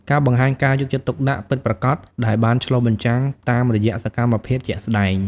ការបង្ហាញការយកចិត្តទុកដាក់ពិតប្រាកដដែលបានឆ្លុះបញ្ចាំងតាមរយៈសកម្មភាពជាក់ស្តែង។